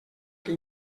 que